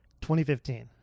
2015